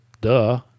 duh